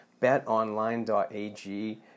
betonline.ag